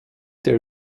der